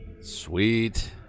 Sweet